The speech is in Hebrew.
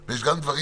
מאוד ויש גם דברים,